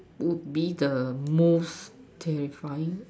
would be the most terrifying